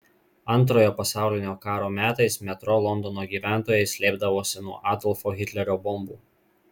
antrojo pasaulinio karo metais metro londono gyventojai slėpdavosi nuo adolfo hitlerio bombų